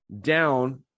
down